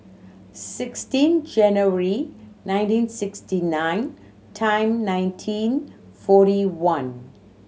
sixteen January nineteen sixty nine time nineteen forty one